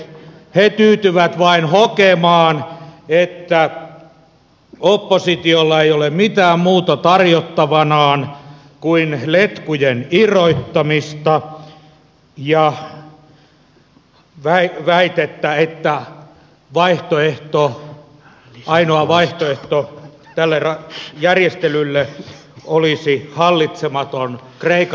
he tyytyvät vain hokemaan että oppositiolla ei ole mitään muuta tarjottavanaan kuin letkujen irrottamista ja väitettä että ainoa vaihtoehto tälle järjestelylle olisi kreikan hallitsematon maksukyvyttömyys